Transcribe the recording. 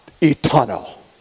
eternal